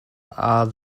are